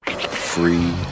Free